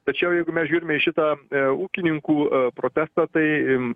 tačiau jeigu mes žiūrime į šitą ūkininkų protestą tai